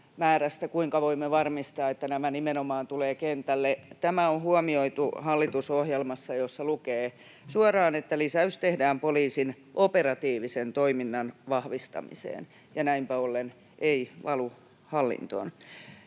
kuinka voimme varmistaa, että nämä nimenomaan tulevat kentälle. Tämä on huomioitu hallitusohjelmassa, jossa lukee suoraan, että lisäys tehdään poliisin operatiivisen toiminnan vahvistamiseen, ja näinpä ollen se ei valu hallintoon.